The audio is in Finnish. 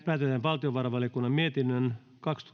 päätetään valtiovarainvaliokunnan mietinnön kaksi